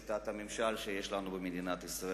בואו נשב על שיטת הממשל שיש לנו במדינת ישראל,